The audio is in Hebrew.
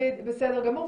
בסדר גמור,